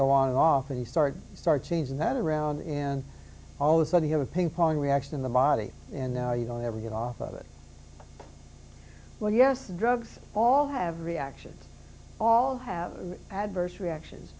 go on and off and you start you start changing that around in all this so they have a ping pong reaction in the body and now you don't ever get off of it well yes drugs all have reactions all have adverse reactions